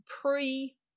pre